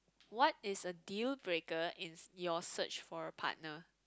what is a dealbreaker in your search for a partner